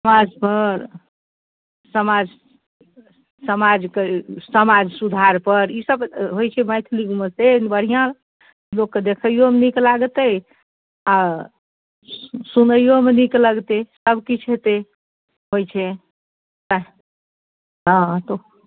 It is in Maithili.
समाज पर समाज समाज समाज सुधार पर ई सब होइत छै मैथिलीमे तेहन बढ़िआँ लोककेँ देखैओमे नीक लागतै आ सु सुनैओमे नीक लगतै सबकिछु होयतै होइत छै एँह हँ कहू